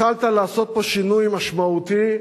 יכולת לעשות פה שינוי משמעותי,